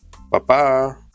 Bye-bye